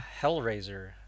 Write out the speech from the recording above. Hellraiser